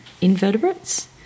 invertebrates